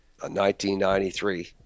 1993